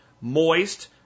moist